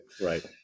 right